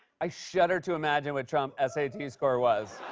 i shudder to imagine what trump's s a t. score was.